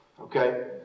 okay